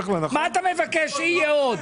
מה אתה מבקש שיהיה עוד?